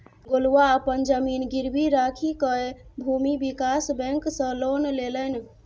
गोलुआ अपन जमीन गिरवी राखिकए भूमि विकास बैंक सँ लोन लेलनि